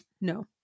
no